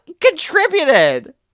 contributed